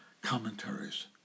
commentaries